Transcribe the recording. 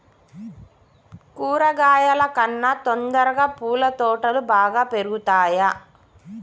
కూరగాయల కన్నా తొందరగా పూల తోటలు బాగా పెరుగుతయా?